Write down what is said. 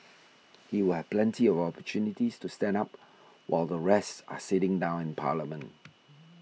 he will have plenty of opportunities to stand up while the rest are sitting down in parliament